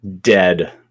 dead